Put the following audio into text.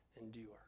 endure